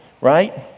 right